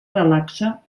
relaxa